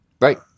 Right